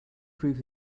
prove